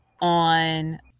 on